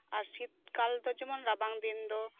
ᱥᱤᱛᱠᱟᱞ ᱫᱚ ᱨᱟᱵᱟᱝ ᱫᱤᱱ ᱫᱚ